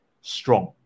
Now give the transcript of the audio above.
strong